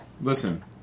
listen